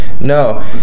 no